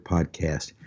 Podcast